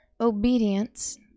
Obedience